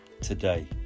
today